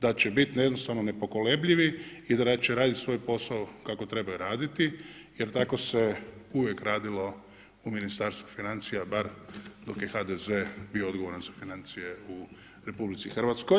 Da će biti jednostavno nepokolebljivi i da će raditi svoj posao kako trebaju raditi, jer tako se uvijek radilo u Ministarstvu financija, bar dok je HDZ bio odgovoran za financije u RH.